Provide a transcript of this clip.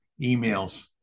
emails